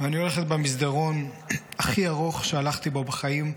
ואני הולכת במסדרון הכי ארוך שהלכתי בו בחיים,